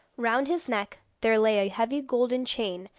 round his neck there lay a heavy golden chain,